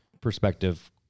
perspective